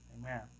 Amen